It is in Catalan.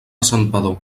santpedor